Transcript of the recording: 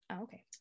okay